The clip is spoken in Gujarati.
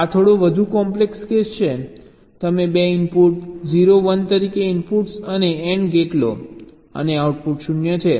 આ થોડો વધુ કોમ્પ્લેક્સ કેસ છે તમે 2 ઇનપુટ 0 1 તરીકે ઇનપુટ્સ સાથે AND ગેટ લો અને આઉટપુટ 0 છે